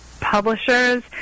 publishers